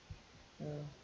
mm